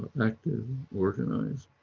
active organise.